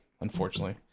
unfortunately